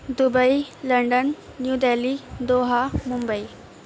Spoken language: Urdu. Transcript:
Dubai London New Delhi Doha Mumbai